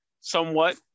somewhat